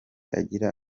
agira